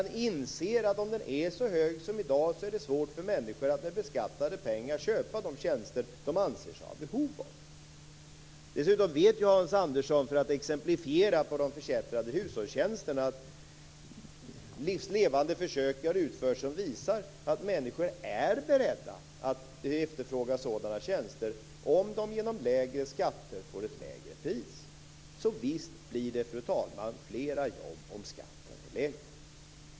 Han inser att om den är så hög som i dag är det svårt för människor att med beskattade pengar köpa de tjänster de anser sig ha behov av. Dessutom vet ju Hans Andersson, för att exemplifiera med de förkättrade hushållstjänsterna, att livs levande försök har utförts som visar att människor är beredda att efterfråga sådana tjänster om de genom lägre skatter får ett lägre pris. Så visst blir det, fru talman, flera jobb om skatten är lägre.